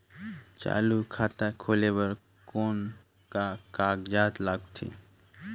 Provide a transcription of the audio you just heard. चालू खाता खोले बर कौन का कागजात लगथे?